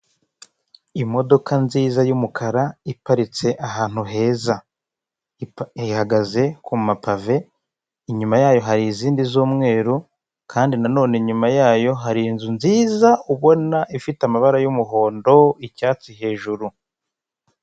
Imodoka nziza y'umukara iparitse ahantu heza, ihagaze kumapave inyuma yayo hari izindi z'umweru kandi nanone inyuma yayo hari inzu nziza ubona ifite amabara y'umuhondo icyatsi hejuru.